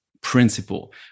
principle